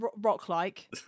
rock-like